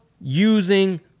using